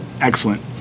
excellent